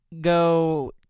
go